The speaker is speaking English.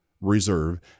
reserve